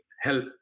help